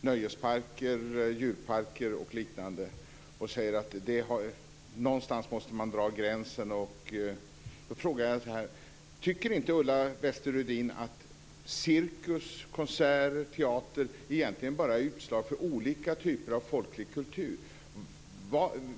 nöjesparker, djurparker och liknande. Hon säger att man måste dra gränsen någonstans. Tycker inte Ulla Wester-Rudin att cirkus, konserter och teater egentligen bara är utslag för olika typer av folklig kultur?